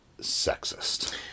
sexist